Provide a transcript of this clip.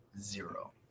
zero